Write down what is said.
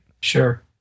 Sure